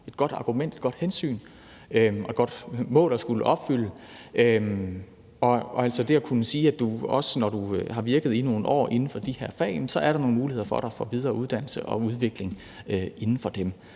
et godt argument, et godt hensyn og et godt mål at skulle opfylde – altså det at kunne sige, at når du har virket i nogle år inden for de her fag, er der nogle muligheder for dig for videre uddannelse og udvikling inden for dem.